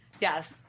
yes